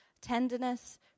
tenderness